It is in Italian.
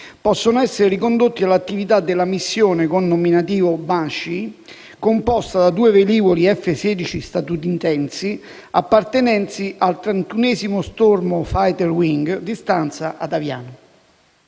possono essere ricondotti all'attività della missione con nominativo «Banshee», composta da due velivoli F16 statunitensi, appartenenti al 31° stormo Fighter Wing, di stanza ad Aviano.